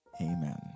Amen